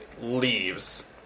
leaves